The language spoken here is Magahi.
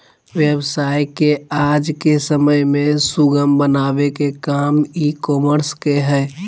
व्यवसाय के आज के समय में सुगम बनावे के काम ई कॉमर्स के हय